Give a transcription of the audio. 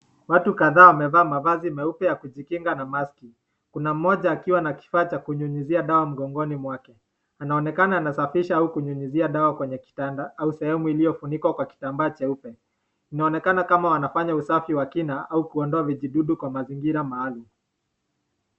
watu kadhaa wamevaa mavazi meupe ya kujikinga na [mask], kuna moja akiwa na kifaa ya kunyunyuzia wada mgongoni mwake anaonekana anashafisha au kunyunyuzia dawa kwenye kitanda au sehemu iliyofunikwa kwa kitambaa cheupe, inaonekana kama wanafanya usafi wa kina au kuondoa vijidudu kwa mazingira maalum.